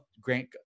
Grant